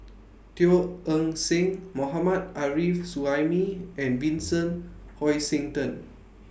Teo Eng Seng Mohammad Arif Suhaimi and Vincent Hoisington